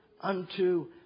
unto